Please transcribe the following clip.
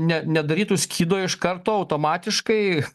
ne nedarytų skydo iš karto automatiškai